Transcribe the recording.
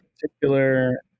particular